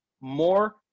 more